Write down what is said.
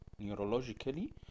neurologically